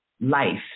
life